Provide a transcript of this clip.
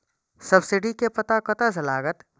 Subsidy के पता कतय से लागत?